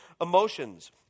emotions